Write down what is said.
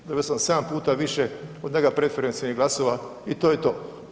Dobio sam 7 puta više od njega preferencijalnih glasova i to je to.